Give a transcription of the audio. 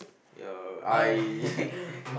yeah I